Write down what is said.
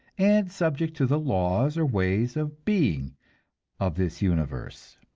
and subject to the laws or ways of being of this universe.